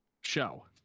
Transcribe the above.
show